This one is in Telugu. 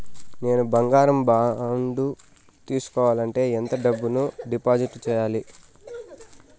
నేను బంగారం బాండు తీసుకోవాలంటే ఎంత డబ్బును డిపాజిట్లు సేయాలి?